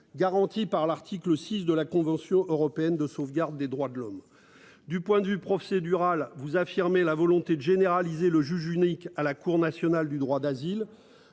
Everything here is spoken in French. garanti par l'article 6 de la Convention européenne de sauvegarde des droits de l'homme. Du point de vue procédural vous affirmer la volonté de généraliser le juge unique à la Cour nationale du droit d'asile.